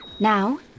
Now